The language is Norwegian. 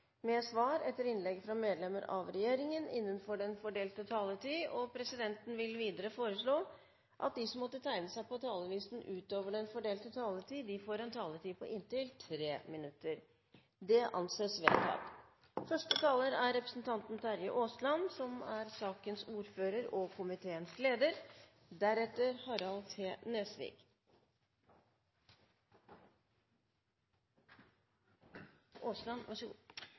med svar etter innlegg fra medlemmer av regjeringen innenfor den fordelte taletid. Videre blir det foreslått at de som måtte tegne seg på talerlisten utover den fordelte taletid, får en taletid på inntil 3 minutter. – Det anses vedtatt. Jeg er glad for å kunne legge fram flertallets innstilling, Innst. 134 S, om et likviditetslån til SAS-konsernet m.m., en såkalt trekkfasilitet. Jeg er derimot ikke fullt så